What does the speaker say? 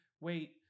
wait